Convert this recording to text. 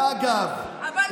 ואגב,